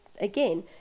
again